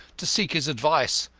to seek his advice.